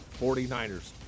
49ers